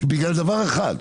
בגלל דבר אחד,